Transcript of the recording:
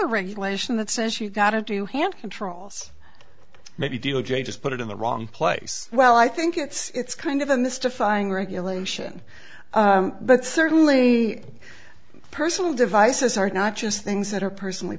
other regulation that says you've got to do hand controls maybe deal jay just put it in the wrong place well i think it's kind of in this defying regulation but certainly personal devices are not just things that are personally